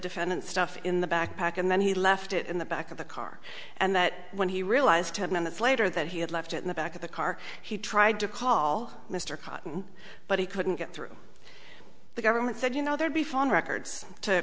defendant stuff in the backpack and then he left it in the back of the car and that when he realized ten minutes later that he had left it in the back of the car he tried to call mr cotton but he couldn't get through the government said you know there'd be fine records to